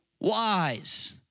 wise